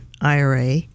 IRA